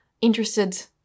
interested